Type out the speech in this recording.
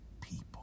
people